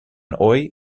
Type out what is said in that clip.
hoy